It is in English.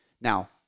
Now